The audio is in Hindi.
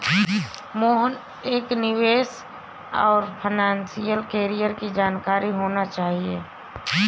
मोहन एक निवेशक है और उसे फाइनेशियल कैरियर की जानकारी होनी चाहिए